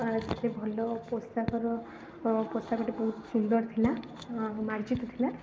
ସେଇଠି ଭଲ ପୋଷାକର ପୋଷାକଟି ବହୁତ ସୁନ୍ଦର ଥିଲା ମାର୍ଜିତ ଥିଲା